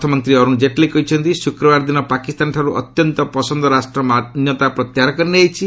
ଅର୍ଥମନ୍ତ୍ରୀ ଅରୁଣ ଜେଟ୍ଲୀ କହିଛନ୍ତି ଶୁକ୍ରବାରଦିନ ପାକିସ୍ତାନଠାରୁ ଅତ୍ୟନ୍ତ ପସନ୍ଦ ରାଷ୍ଟ ମାନ୍ୟତା ପତ୍ୟାହାର କରିନିଆଯାଇଛି